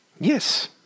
Yes